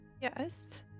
Yes